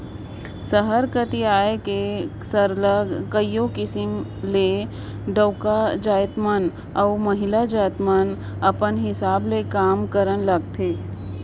सहर कती आए के सरलग कइयो किसिम ले डउका जाएत मन अउ महिला मन अपल हिसाब ले काम में लगथें